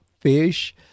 fish